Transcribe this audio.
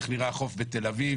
איך נראה החוף בתל-אביב.